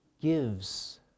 gives